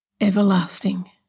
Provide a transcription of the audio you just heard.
everlasting